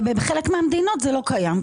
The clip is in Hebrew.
ובחלק מהמדינות זה לא קיים.